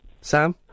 Sam